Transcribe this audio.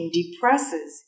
depresses